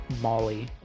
Molly